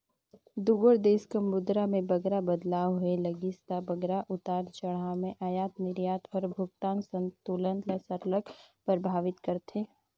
दुगोट देस कर मुद्रा में बगरा बदलाव होए लगिस ता बगरा उतार चढ़ाव में अयात निरयात अउ भुगतान संतुलन ल सरलग परभावित करथे